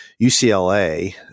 UCLA